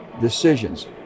decisions